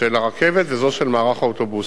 של הרכבת וזו של מערך האוטובוסים.